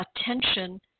attention